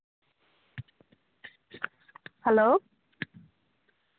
hello